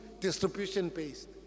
distribution-based